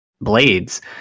Blades